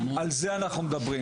על זה אנחנו מדברים.